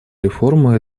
реформу